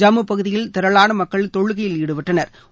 ஜம்மு பகுதியில் திரளான மக்கள் தொழுகையில் ஈடுபட்டனா்